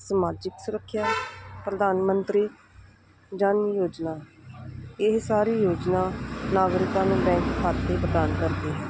ਸਮਾਜਿਕ ਸੁਰੱਖਿਆ ਪ੍ਰਧਾਨ ਮੰਤਰੀ ਜਨ ਯੋਜਨਾ ਇਹ ਸਾਰੇ ਯੋਜਨਾ ਨਾਗਰਿਕਾਂ ਨੂੰ ਬੈਂਕ ਖਾਤੇ ਪ੍ਰਦਾਨ ਕਰਦੀ ਹੈ